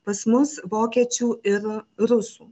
pas mus vokiečių ir rusų